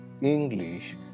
English